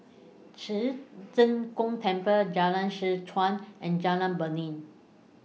Ci Zheng Gong Temple Jalan Seh Chuan and Jalan Beringin